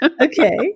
Okay